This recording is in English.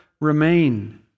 remain